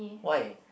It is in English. why